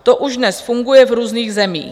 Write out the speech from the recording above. To už dnes funguje v různých zemích.